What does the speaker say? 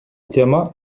тема